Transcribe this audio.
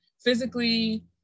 physically